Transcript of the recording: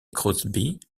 crosby